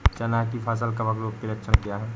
चना की फसल कवक रोग के लक्षण क्या है?